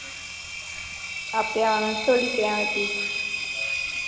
அப்படியா சொல்லிக்கிறே அப்படி